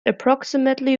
approximately